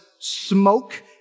smoke